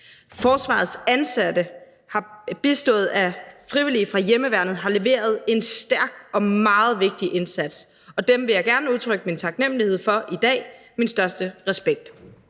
Forsvarets ansatte har bistået af frivillige fra hjemmeværnet leveret en stærk og meget vigtig indsats, og det vil jeg gerne udtrykke min taknemlighed for i dag; det har min største respekt.